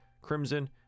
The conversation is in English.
Crimson